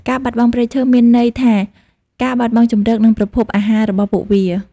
ការបាត់បង់ព្រៃឈើមានន័យថាការបាត់បង់ជម្រក និងប្រភពអាហាររបស់ពួកវា។